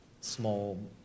small